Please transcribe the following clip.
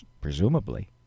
Presumably